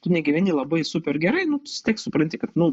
tu negyveni labai super gerai nu vis tiek supranti kad nu